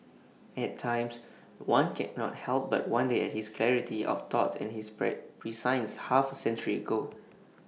at times one cannot help but wonder at his clarity of thought and his per prescience half A century ago